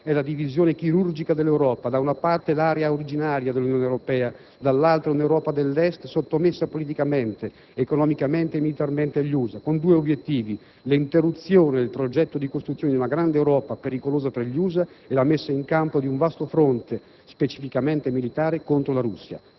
è la divisione chirurgica dell'Europa: da una parte l'area originaria dell'Unione Europea, dall'altra un'Europa dell'Est, sottomessa politicamente, economicamente e militarmente agli USA con due obiettivi: l'interruzione del progetto di costruzione di una grande Europa, pericolosa per gli USA, e la messa in campo di un vasto fronte specificamente militare contro la Russia.